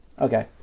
Okay